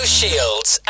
Shields